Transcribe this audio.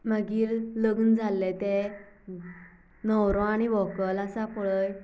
मागीर लग्न जाल्ले तें न्हवरो आनी व्हंकल आसा पळय